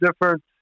different